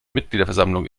mitgliederversammlung